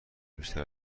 بیشتر